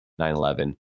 9-11